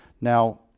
Now